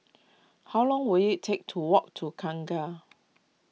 how long will it take to walk to Kangkar